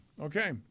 Okay